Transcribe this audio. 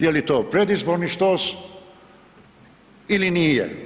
Je li to predizborni štos ili nije.